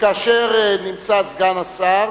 שכאשר נמצא סגן השר,